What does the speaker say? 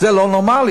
זה לא נורמלי,